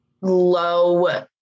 low